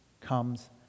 comes